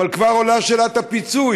עד כמה שניתן, אבל כבר עולה שאלת הפיצוי.